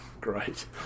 Great